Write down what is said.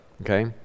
Okay